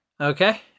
Okay